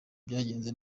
byagenze